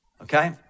okay